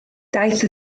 daeth